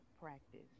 practice